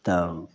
तब